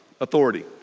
authority